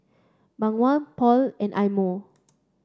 Bawang Paul and Eye Mo